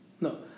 No